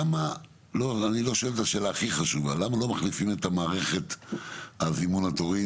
למה לא מחליפים את מערכת זימון התורים